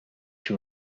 you